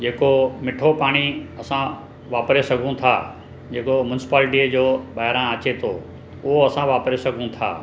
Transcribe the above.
जेको मिठो पाणी असां वापिरे सघूं था जेको मुंसीपाल्टअ जो ॿाहिरां अचे थो उहो असां वापिरे सघूं था